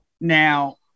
Now